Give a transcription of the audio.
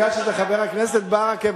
מכיוון שזה חבר הכנסת ברכה,